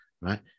right